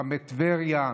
חמי טבריה,